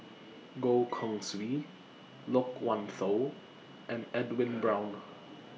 Goh Keng Swee Loke Wan Tho and Edwin Brown